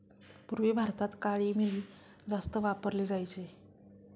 पूर्वी भारतात काळी मिरी जास्त वापरली जायची